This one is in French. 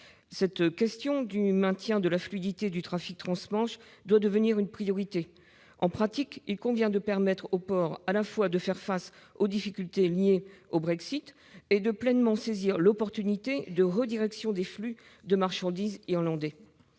Cette question du maintien de la fluidité du trafic transmanche doit devenir une priorité. En pratique, il convient de permettre aux ports, à la fois, de faire face aux difficultés liées au Brexit et de pleinement saisir l'opportunité de redirection des flux de marchandises irlandais.